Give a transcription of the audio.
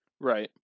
right